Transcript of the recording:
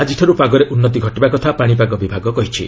ଆଜିଠାରୁ ପାଗରେ ଉନ୍ନତି ଘଟିବା କଥା ପାଣିପାଗ ବିଭାଗ କହିଛି